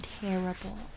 terrible